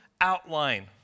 outline